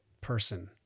person